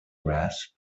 rasp